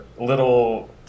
little